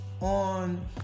on